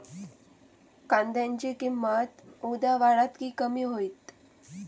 कांद्याची किंमत उद्या वाढात की कमी होईत?